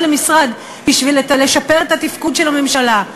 למשרד בשביל לשפר את התפקוד של הממשלה.